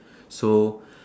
so